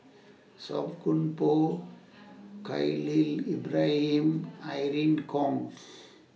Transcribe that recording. Song Koon Poh Khalil Ibrahim Irene Khong